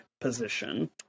position